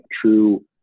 true